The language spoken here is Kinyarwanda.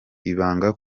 ibanga